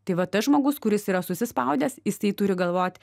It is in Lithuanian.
tai va tas žmogus kuris yra susispaudęs jisai turi galvot